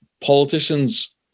politicians